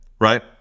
right